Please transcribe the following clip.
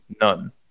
None